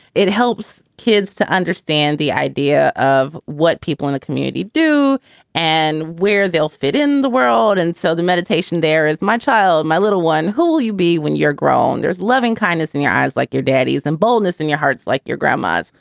it helps kids to understand the idea of what? people in the community do and where they'll fit in the world. and so the meditation there is my child, my little one, who will you be when you're grown? there's loving kindness in your eyes like your daddy's in and boldness, in your hearts, like your grandmas.